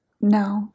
No